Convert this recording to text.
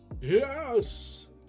Yes